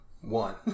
one